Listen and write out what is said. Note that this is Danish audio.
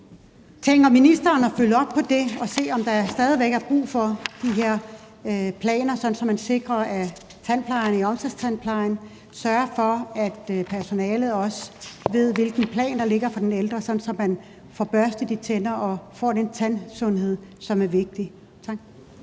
Tænker ministeren at følge op på det og se, om der stadig væk er brug for de planer, så det sikres, at man i forbindelse med omsorgstandplejen sørger for, at personalet også ved, hvilke planer der ligger for de ældre, så de får børstet tænder og får den tandsundhed, som er vigtig?